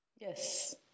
Yes